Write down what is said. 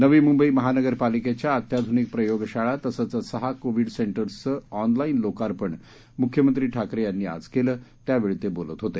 नवी मुंबई महानगरपालिकेच्या अत्याधूनिक प्रयोगशाळा तसंच सहा कोविड सेंटर्सचं ऑनलाईन लोकार्पण मुख्यमंत्री ठाकरे यांनी आज केलं त्या वेळी ते बोलत होते